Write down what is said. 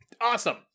awesome